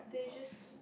that you just